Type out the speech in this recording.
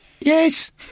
Yes